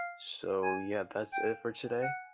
so yeah that's it for today,